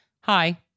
Hi